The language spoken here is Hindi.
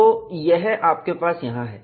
तो यह आपके पास यहां है